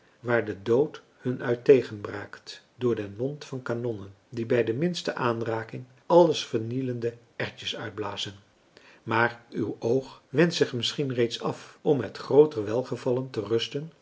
waar de dood hun uit tegenbraakt door den mond van kanonnen die bij de minste aanraking allesvernielende erwtjes uitblazen maar uw oog wendt zich misschien reeds af om met grooter welgevallen te rusten